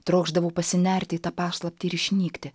trokšdavau pasinerti į tą paslaptį ir išnykti